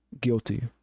guilty